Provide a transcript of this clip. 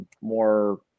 more